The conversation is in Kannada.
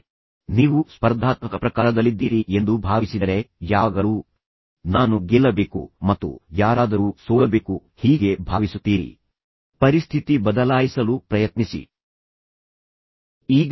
ತದನಂತರ ನೀವು ಸ್ಪರ್ಧಾತ್ಮಕ ಪ್ರಕಾರದಲ್ಲಿದ್ದೀರಿ ಎಂದು ನೀವು ಭಾವಿಸಿದರೆ ನೀವು ಯಾವಾಗಲೂ ನಾನು ಗೆಲ್ಲಬೇಕು ಮತ್ತು ಯಾರಾದರೂ ಸೋಲಬೇಕು ಹೀಗೆ ಭಾವಿಸುತ್ತೀರಿ ಆದ್ದರಿಂದ ವಿಧಾನವನ್ನು ಬದಲಾಯಿಸಲು ಪ್ರಯತ್ನಿಸಿ ನಿಮ್ಮ ಪರಿಹರಿಸುವ ರೀತಿಯ ಸಂಘರ್ಷಗಳನ್ನು ಬದಲಾಯಿಸುವ ಮೂಲಕ ಪರಿಸ್ಥಿತಿ ಬದಲಾಯಿಸಲು ಪ್ರಯತ್ನಿಸಿ